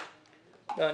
לא.